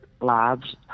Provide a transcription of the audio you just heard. labs